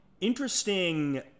Interesting